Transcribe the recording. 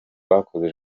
bakoze